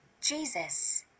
Jesus